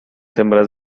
hembras